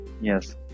yes